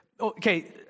Okay